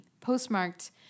Postmarked